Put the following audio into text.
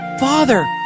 Father